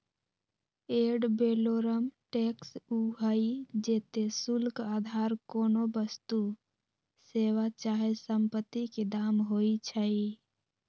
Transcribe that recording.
ad valorem tax उ हइ जेते शुल्क अधार कोनो वस्तु, सेवा चाहे सम्पति के दाम होइ छइ